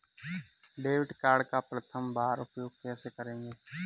Debit card का प्रथम बार उपयोग कैसे करेंगे?